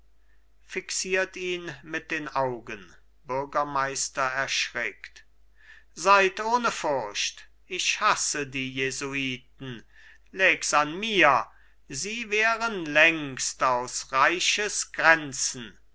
fixiert ihn mit den augen bürgermeister erschrickt seid ohne furcht ich hasse die jesuiten lägs an mir sie wären längst aus reiches grenzen